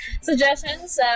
Suggestions